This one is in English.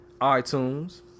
iTunes